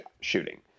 shooting